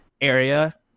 area